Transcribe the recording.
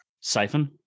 siphon